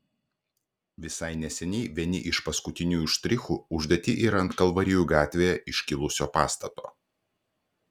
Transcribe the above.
visai neseniai vieni iš paskutiniųjų štrichų uždėti ir ant kalvarijų gatvėje iškilusio pastato